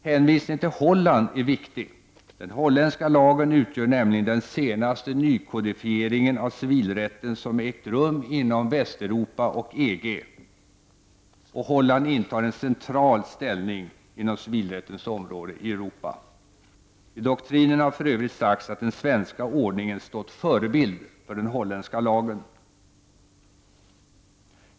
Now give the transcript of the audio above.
Hänvisningen till Holland är viktig. Den holländska lagen utgör nämligen den senaste nykodifiering av civilrätten som ägt rum inom Västeuropa och EG, och Holland intar en central ställning inom civilrättens område i Europa. I doktrinen har för övrigt sagts att den svenska ordningen stått förebild för den holländska lagen.